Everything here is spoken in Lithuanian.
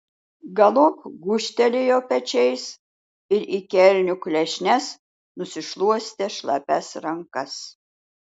galop gūžtelėjo pečiais ir į kelnių klešnes nusišluostė šlapias rankas